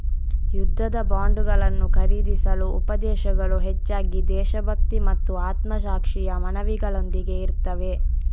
ಯುದ್ಧದ ಬಾಂಡುಗಳನ್ನು ಖರೀದಿಸಲು ಉಪದೇಶಗಳು ಹೆಚ್ಚಾಗಿ ದೇಶಭಕ್ತಿ ಮತ್ತು ಆತ್ಮಸಾಕ್ಷಿಯ ಮನವಿಗಳೊಂದಿಗೆ ಇರುತ್ತವೆ